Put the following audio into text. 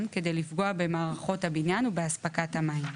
כדי לפגוע במערכות הבניין ובאספקת המים.